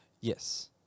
Yes